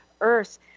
earth